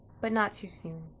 but not too soon.